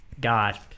god